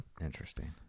Interesting